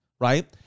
right